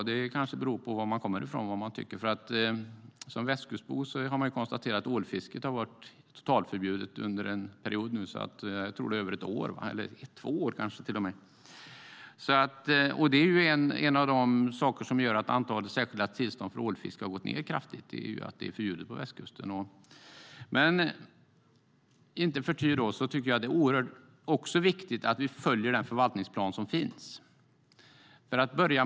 Vad man tycker beror kanske på varifrån man kommer. Som västkustbo har jag konstaterat att ålfiske har varit totalförbjudet under en period. Jag tror det är över ett år eller kanske till och med två. Det är en av de saker som gör att antalet särskilda tillstånd för ålfiske har gått ned kraftigt. Det är förbjudet på Västkusten. Icke förty tycker jag att det är oerhört viktigt att vi följer den förvaltningsplan som finns.